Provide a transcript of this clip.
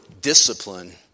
discipline